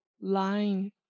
line